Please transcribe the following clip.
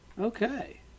Okay